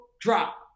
drop